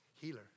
healer